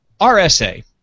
RSA